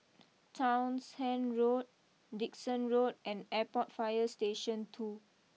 Townshend Road Dickson Road and Airport fire Station two